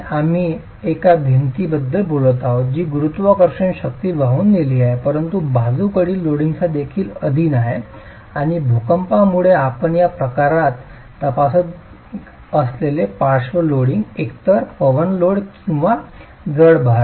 आम्ही एका भिंतीबद्दल बोलत आहोत जी गुरुत्वाकर्षण शक्ती वाहून नेली आहे परंतु बाजूकडील लोडिंगचा देखील अधीन आहे आणि भूकंपांमुळे आपण या प्रकरणात तपासत असलेले पार्श्व लोडिंग एकतर पवन लोड किंवा जड भार आहे